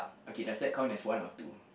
okay does that count as one or two